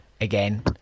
again